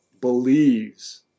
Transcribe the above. believes